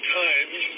times